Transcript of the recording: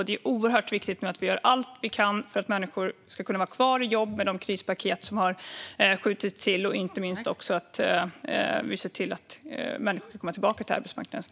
Det är oerhört viktigt att vi nu gör allt vi kan med de krispaket som har skjutits till för att människor ska kunna vara kvar i jobb. Det handlar inte minst också om att vi ser till att människor snabbt kommer tillbaka till arbetsmarknaden.